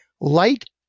Light